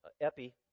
epi